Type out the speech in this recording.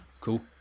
cool